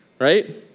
right